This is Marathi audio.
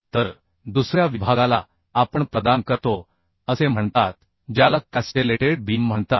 तर दुसर्या विभागाला आपण प्रदान करतो असे म्हणतात ज्याला कॅस्टेलेटेड बीम म्हणतात